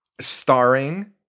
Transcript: starring